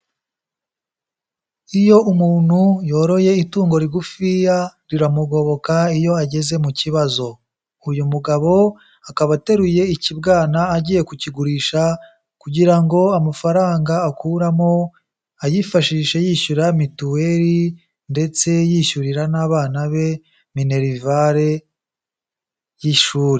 Iyo umuntu yoroye itungo rigufiya, riramugoboka iyo ageze mu kibazo. Uyu mugabo akaba ateruye ikibwana agiye kukigurisha kugira ngo amafaranga akuramo, ayifashishe yishyura mituweri ndetse yishyurira n'abana be minerivare y'ishuri.